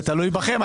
זה תלוי בכם,